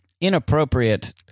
inappropriate